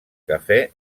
cafè